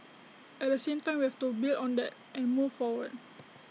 at the same time we have to build on that and move forward